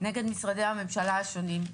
נגד משרדי הממשלה השונים.